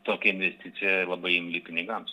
tokia investicija labai imli pinigams